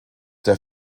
der